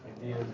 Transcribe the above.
idea